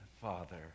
Father